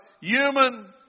human